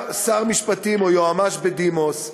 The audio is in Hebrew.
שר משפטים או יועץ משפטי בדימוס,